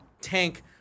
tank